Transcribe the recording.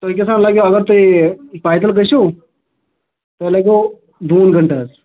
تۄہہِ کیٛاسا لگوٕ اگر تُہۍ پےَ پیدل گژھِو تۄہہِ لگوٕ دوٗن گنٛٹہٕ حظ